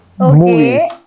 okay